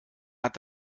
hat